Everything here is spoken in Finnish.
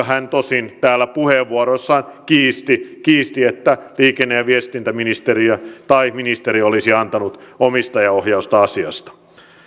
hän tosin täällä puheenvuorossaan kiisti kiisti että liikenne ja viestintäministeriö tai ministeri olisi antanut omistajaohjausta asiasta